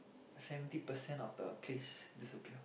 seventy percent of the place disappear